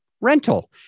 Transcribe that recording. rental